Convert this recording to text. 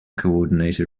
coordinator